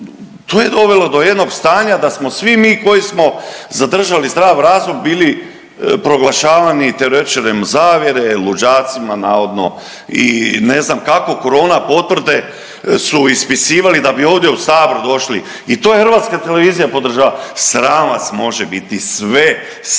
to je dovelo do jednog stanja da smo mi koji smo zadržali zdrav razum bili proglašavani teoretičarima zavjere, luđacima navodno i ne znam kako. Korona potvrde su ispisivali da bi ovdje u sabor došli. I to je hrvatska televizija podržavala. Sram vas može biti sve. Sram,